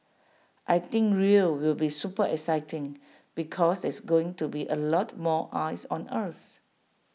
I think Rio will be super exciting because there's going to be A lot more eyes on us